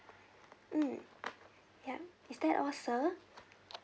mm yup is that all sir